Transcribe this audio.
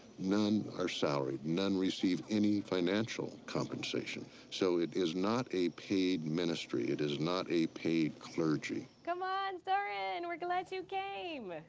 none are salaried, none receive any financial compensation. so it is not a paid ministry, it is not a paid clergy. come on, start in. we're glad you came.